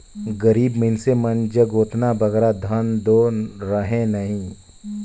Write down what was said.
गरीब मइनसे मन जग ओतना बगरा धन दो रहें नई